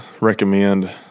recommend